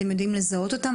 אתם יודעים לזהות אותן?